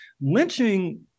Lynching